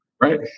right